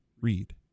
read